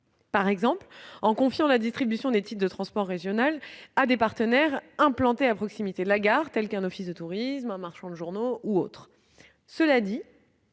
par exemple, de confier la distribution des titres de transport régional à des partenaires implantés à proximité de la gare, tels que, entre autres, un office de tourisme ou un marchand de journaux. Cela dit,